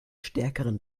stärkeren